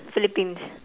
philippines